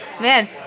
Man